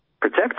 protect